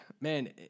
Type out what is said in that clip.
Man